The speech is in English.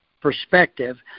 perspective